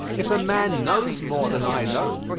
if a man knows more than i know,